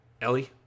Ellie